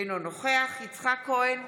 אינו נוכח יצחק כהן,